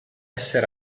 esser